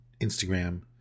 Instagram